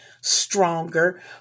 stronger